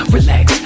Relax